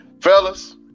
fellas